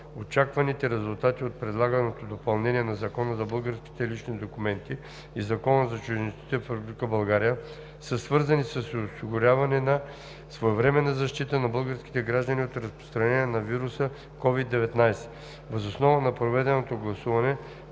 Очакваните резултати от предлаганото допълнение на Закона за българските лични документи и Закона за чужденците в Република България са свързани с осигуряване на своевременна защита на българските граждани от разпространение на вируса COVID-19. Въз основа на проведеното гласуване